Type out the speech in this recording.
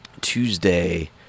Tuesday